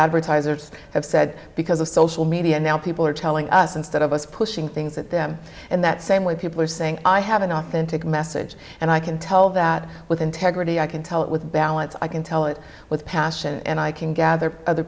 advertisers have said because of social media now people are telling us instead of us pushing things at them in that same way people are saying i have an authentic message and i can tell that with integrity i can tell it with balance i can tell it with passion and i can gather other